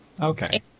Okay